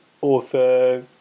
author